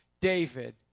David